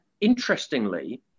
Interestingly